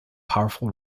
powerful